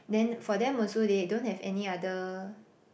then for them also they don't have any other